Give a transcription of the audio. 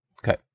Okay